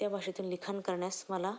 त्या भाषेतून लिखाण करण्यास मला